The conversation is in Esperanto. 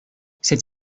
sed